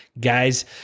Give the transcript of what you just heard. guys